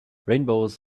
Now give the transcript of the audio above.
rainbows